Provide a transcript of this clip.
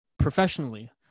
professionally